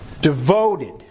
Devoted